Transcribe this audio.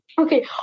okay